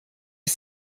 ich